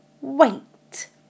wait